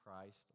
Christ